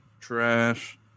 trash